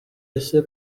ese